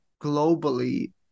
globally